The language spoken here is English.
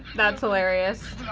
that's hilarious.